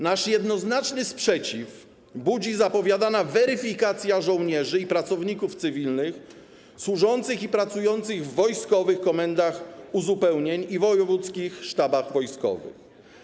Nasz jednoznaczny sprzeciw budzi zapowiadana weryfikacja żołnierzy i pracowników cywilnych służących i pracujących w wojskowych komendach uzupełnień i wojewódzkich sztabach wojskowych.